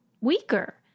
weaker